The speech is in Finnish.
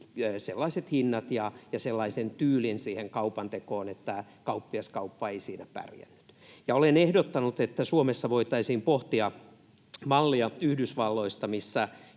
sellaiset hinnat ja sellaisen tyylin kaupantekoon, että kauppiaskauppa ei siinä pärjännyt. Olen ehdottanut, että Suomessa voitaisiin pohtia mallia Yhdysvalloista, missä